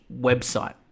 website